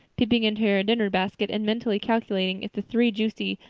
peeping into her dinner basket and mentally calculating if the three juicy,